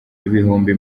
ibihumbi